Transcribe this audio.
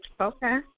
Okay